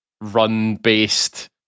run-based